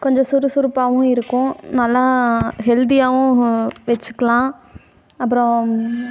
கொஞ்சம் சுறுசுறுப்பாகவும் இருக்கும் நல்லா ஹெல்த்தியாகவும் வச்சிக்கிலாம் அப்பறம்